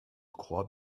crois